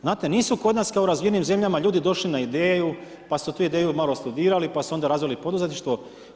Znate nisu kod nas kao u razvijenim zemljama, ljudi došli na ideju, pa su tu ideju malo studirali, pa su onda razvili poduzetništvo.